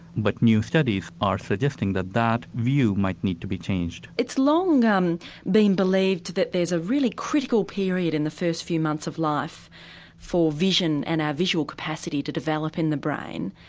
but new studies are suggesting that that view might need to be changed. it's long um been believed that there's a really critical period in the first few months of life for vision and our visual capacity to develop in the brain,